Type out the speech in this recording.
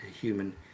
human